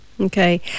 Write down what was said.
Okay